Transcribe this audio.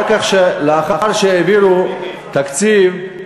לאחר שהעבירו תקציב,